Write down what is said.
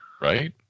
right